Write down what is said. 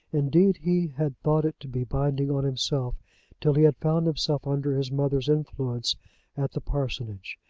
indeed he had thought it to be binding on himself till he had found himself under his mother's influence at the parsonage.